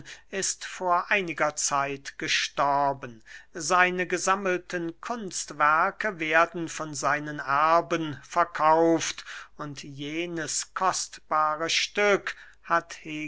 ist vor einiger zeit gestorben seine gesammelten kunstwerke werden von seinen erben verkauft und jenes kostbare stück hat